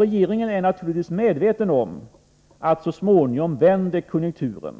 Regeringen är naturligtvis medveten om att konjunkturen så småningom vänder.